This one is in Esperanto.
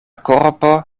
korpo